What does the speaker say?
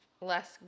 less